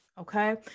Okay